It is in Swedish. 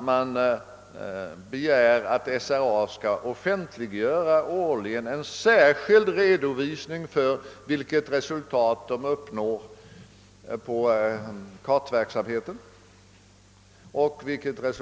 Man kan också begära att SRA årligen skall offentliggöra en särskild redovisning för vilket resultat SRA uppnår på kartverksamheten och vilket